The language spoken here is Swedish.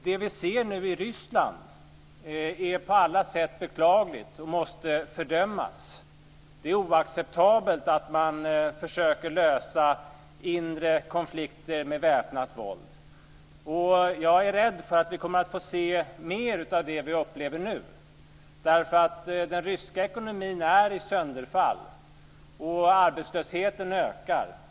Det vi ser nu i Ryssland är på alla sätt beklagligt och måste fördömas. Det är oacceptabelt att man försöker lösa inre konflikter med väpnat våld. Jag är rädd för att vi kommer att få se mer av det som vi upplever nu. Den ryska ekonomin är nämligen i sönderfall, och arbetslösheten ökar.